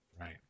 Right